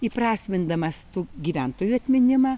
įprasmindamas tų gyventojų atminimą